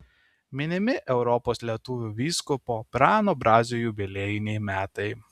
minimi europos lietuvių vyskupo prano brazio jubiliejiniai metai